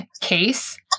case